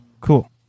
Cool